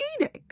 eating